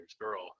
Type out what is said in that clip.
girl